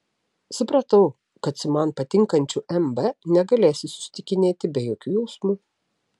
supratau kad su man patinkančiu m b negalėsiu susitikinėti be jokių jausmų